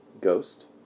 Ghost